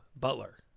Butler